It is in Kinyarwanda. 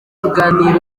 kuganira